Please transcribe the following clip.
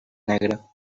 negre